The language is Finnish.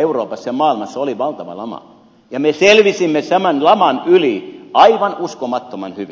euroopassa ja maailmassa oli valtava lama ja me selvisimme saman laman yli aivan uskomattoman hyvin